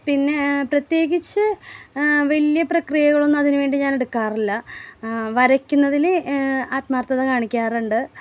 പിന്നെ പ്രത്യേകിച്ച് വലിയ പ്രക്രിയകളൊന്നും അതിനു വേണ്ടി ഞാൻ എടുക്കാറില്ല വരയ്ക്കുന്നതിൽ ആത്മാർത്ഥത കാണിക്കാറുണ്ട്